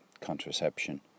contraception